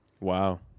Wow